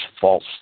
false